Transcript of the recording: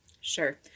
Sure